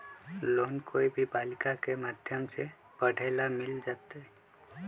Loan कोई भी बालिका के माध्यम से पढे ला मिल जायत?